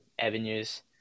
avenues